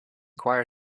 choir